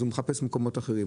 אז מחפשים מקומות אחרים,